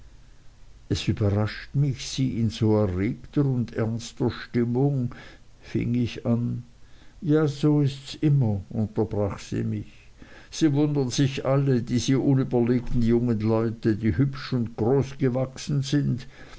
es überrascht mich sie in so erregter und ernster stimmung fing ich an ja so ists immer unterbrach sie mich sie wundern sich alle diese unüberlegten jungen leute die hübsch und groß gewachsen sind